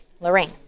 Lorraine